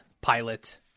Pilot